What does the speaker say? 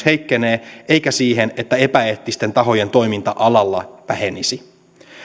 heikkenee eikä siihen että epäeettisten tahojen toiminta alalla vähenisi